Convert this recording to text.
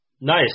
Nice